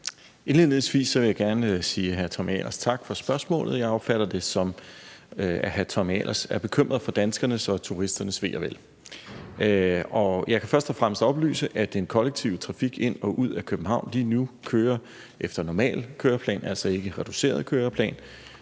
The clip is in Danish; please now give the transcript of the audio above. Indledningsvis vil jeg gerne sige hr. Tommy Ahlers tak for spørgsmålet – jeg opfatter det som, at hr. Tommy Ahlers er bekymret for danskernes og turisternes ve og vel. Og jeg kan først og fremmest oplyse, at den kollektive trafik ind og ud af København nu kører efter normal køreplan og altså ikke efter reduceret køreplan,